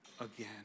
again